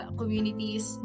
communities